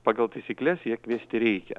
pagal taisykles ją kviesti reikia